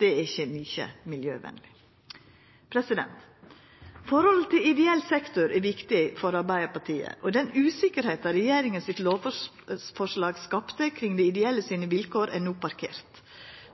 Det er ikkje mykje miljøvennleg. Forholdet til ideell sektor er viktig for Arbeidarpartiet. Den usikkerheita lovforslaget til regjeringa skapte kring vilkåra til dei ideelle, er no parkert.